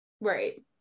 Right